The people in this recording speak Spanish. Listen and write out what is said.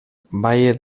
valle